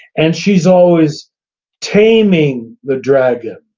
and she's always taming the dragon,